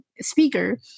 speaker